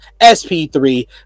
SP3